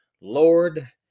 Lord